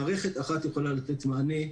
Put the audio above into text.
מערכת אחת יכולה לתת מענה,